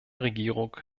regierung